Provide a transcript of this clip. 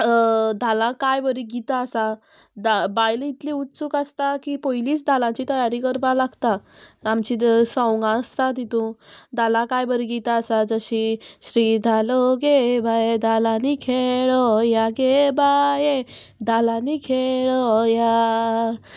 धालां कांय बरीं गितां आसा बायल इतलीं उत्सूक आसता की पयलींच धालांची तयारी करपाक लागता आमची संवंगां आसता तितू धालां कांय बरीं गितां आसा जशीं श्री धालो घे बाये धालांनी खेळो या गे बाये धालांनी खेळो या